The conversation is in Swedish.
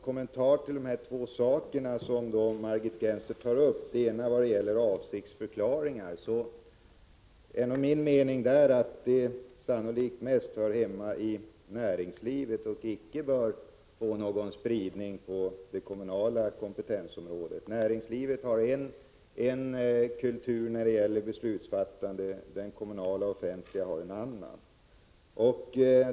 Det andra gäller avsiktsförklaringar. Min mening där är att sådana sannolikt mest hör hemma inom näringslivet och inte bör få någon spridning inom den kommunala kompetensen. Näringslivet har en viss kultur när det gäller beslutsfattande, den kommunala och offentliga en annan.